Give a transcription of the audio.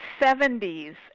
70s